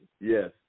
yes